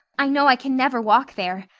i know i can never walk there.